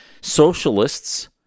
socialists